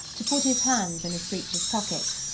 to put his hands in his breeches pockets.